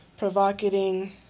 provocating